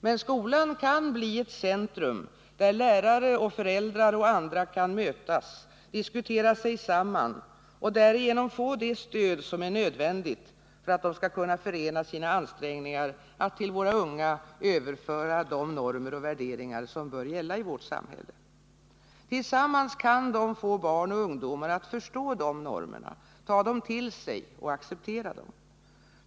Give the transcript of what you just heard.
Men skolan kan bli ett centrum där lärare och föräldrar och andra kan mötas, diskutera sig samman och därigenom få det stöd som är nödvändigt för att de skall kunna förena sina ansträngningar att till våra unga överföra de normer och värderingar som bör gälla i vårt samhälle. Tillsammans kan de få barn och ungdomar att förstå dessa normer, ta dem till sig och acceptera dem.